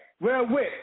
wherewith